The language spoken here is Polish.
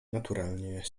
naturalnie